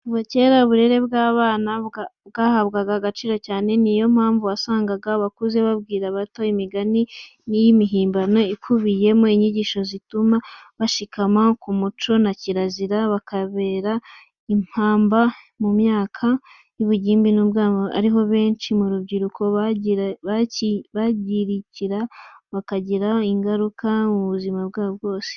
Kuva kera, uburere bw'abana bwahabwaga agaciro cyane, ni yo mpamvu wasangaga abakuze babwira abato imigani mihimbano ikubiyemo inyigisho zituma bashikama ku muco na kirazira, bikababera impamba mu myaka y'ubugimbi n'ubwangavu, ariho abenshi mu rubyiruko bangirikira, bikabagiraho ingaruka ubuzima bwabo bwose.